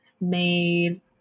made